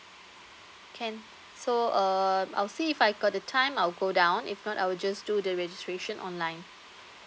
can so uh I'll see if I got the time I'll go down if not I'll just do the registration online